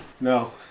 No